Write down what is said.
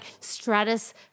stratus